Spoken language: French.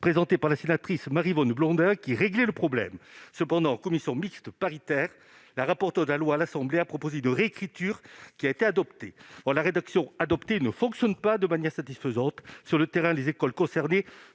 présenté par la sénatrice Maryvonne Blondin, qui réglait le problème. Cependant, en commission mixte paritaire, la rapporteure du texte à l'Assemblée nationale a proposé une réécriture qui a été adoptée. Or cette rédaction ne fonctionne pas de manière satisfaisante sur le terrain, les écoles concernées